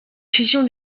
fusion